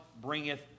bringeth